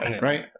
right